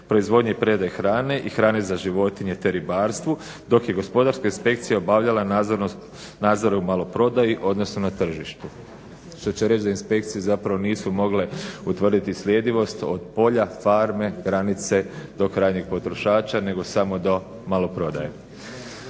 proizvodnje i predaje hrane i hrane za životinje te ribarstvu, dok je Gospodarska inspekcija obavljala nadzore u maloprodaji odnosno na tržištu, što će reći da inspekcije zapravo nisu mogle utvrditi sljedivost od polja, farme, granice, do krajnjih potrošača, nego samo do maloprodaje.